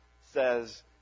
says